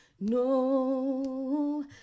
no